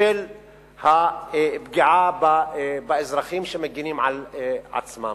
של הפגיעה באזרחים שמגינים על עצמם.